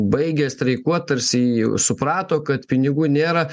baigia streikuot tarsi suprato kad pinigų nėra